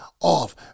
off